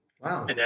Wow